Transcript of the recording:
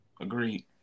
agreed